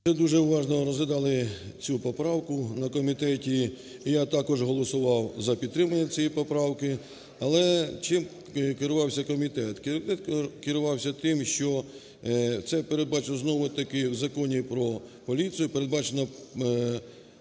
дуже уважно розглядали цю поправку на комітеті, і я також голосував за підтримання цієї поправки. Але чим керувався комітет? Комітет керувався тим, що це передбачено, знову таки, в Законі про поліцію, передбачено